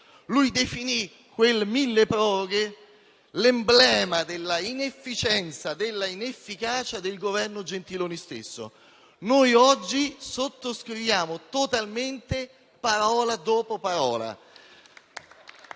Lui definì quel milleproroghe l'emblema dell'inefficienza e dell'inefficacia del Governo Gentiloni Silveri. Noi oggi sottoscriviamo, parola dopo parola.